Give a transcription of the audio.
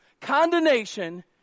Condemnation